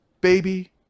baby